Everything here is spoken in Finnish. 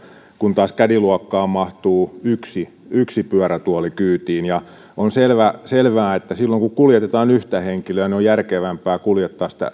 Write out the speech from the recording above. kun taas caddy luokkaan mahtuu yksi yksi pyörätuoli kyytiin on selvää että silloin kun kuljetetaan yhtä henkilöä on järkevämpää kuljettaa